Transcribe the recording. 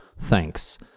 thanks